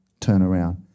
turnaround